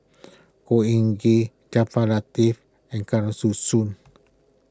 Khor Ean Ghee Jaafar Latiff and Kesavan Soon